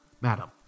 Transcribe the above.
Madam